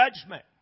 judgment